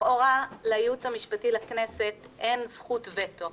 לכאורה לייעוץ המשפטי לכנסת אין זכות וטו,